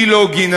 מי לא גינה,